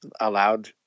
allowed